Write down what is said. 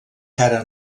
cara